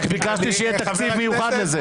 רק ביקשתי שיהיה תקציב מיוחד לזה.